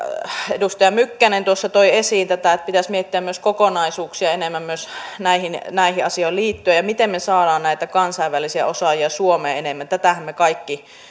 edustaja mykkänen tuossa toi esiin tätä että pitäisi miettiä enemmän myös kokonaisuuksia myös näihin asioihin liittyen ja sitä miten me saamme näitä kansainvälisiä osaajia suomeen enemmän tätähän me kaikki